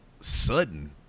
sudden